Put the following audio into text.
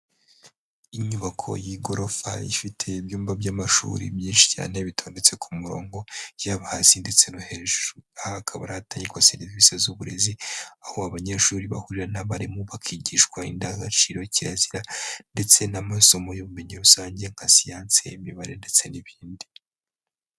Inyubako y'igorofa ifite ibyumba by'amashuri byinshi cyane bitondetse ku murongo, yaba hasi ndetse no hejuru. Aha hakaba ari ahatangirwa serivisi z'uburezi, aho abanyeshuri bahurira n'abarimu bakigishwa indangagaciro, kirazira, ndetse n'amasomo y'ubumenyi rusange, nka siyanse, imibare ndetse n'ibindi.